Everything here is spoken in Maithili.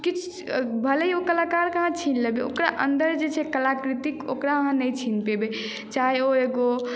किछ भले ही ओ कलाकारके अहाँ छीन लेबै ओकरा अन्दर जे छै कलाकृतिक ओकरा अहाँ नहि छीन पयबै चाहे ओ एगो